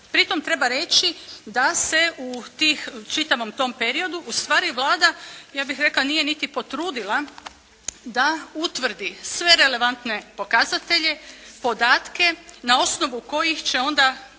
pritom treba reći da se u tih, čitavom tom periodu ustvari Vlada ja bih rekla nije niti potrudila da utvrdi sve relevantne pokazatelje, podatke na osnovu kojih će onda